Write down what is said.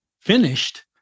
finished